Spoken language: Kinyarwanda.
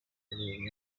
kureba